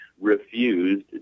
refused